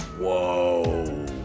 Whoa